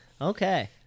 okay